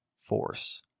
force